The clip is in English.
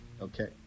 Okay